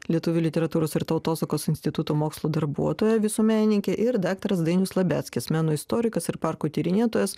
lietuvių literatūros ir tautosakos instituto mokslo darbuotoja visuomenininkė ir daktaras dainius labeckis meno istorikas ir parkų tyrinėtojas